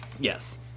Yes